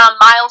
Miles